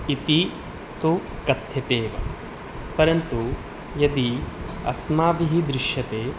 इति तु कथ्यते एव परन्तु यदि अस्माभिः दृश्यते